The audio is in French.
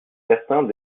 certains